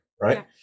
right